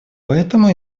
поэтому